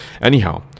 Anyhow